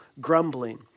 grumbling